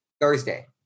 Thursday